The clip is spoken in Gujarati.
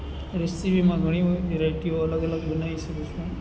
રેસીપીમાં ઘણી વેરાયટીઓ અલગ અલગ બનાવી શકું છું